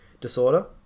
disorder